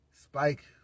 Spike